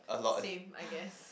same I guess